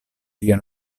lia